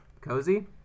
cozy